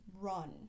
run